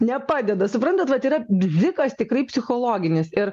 nepadeda suprantat vat yra dvikas tikrai psichologinis ir